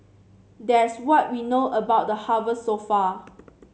there's what we know about the harvest so far